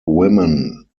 women